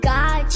God